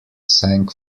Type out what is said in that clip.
sang